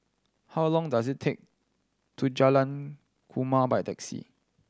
how long does it take to Jalan Kumia by taxi